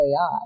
AI